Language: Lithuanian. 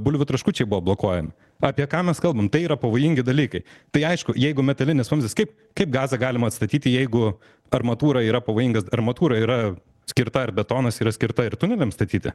bulvių traškučiai buvo blokuojami apie ką mes kalbam tai yra pavojingi dalykai tai aišku jeigu metalinis vamzdis kaip kaip gazą galima atstatyti jeigu armatūra yra pavojingas armatūra yra skirta ar betonas yra skirta ir tuneliams statyti